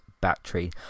battery